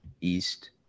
East